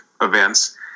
events